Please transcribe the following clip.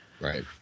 Right